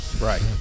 Right